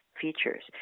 features